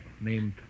named